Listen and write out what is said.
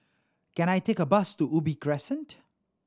can I take a bus to Ubi Crescent